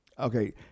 Okay